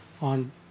on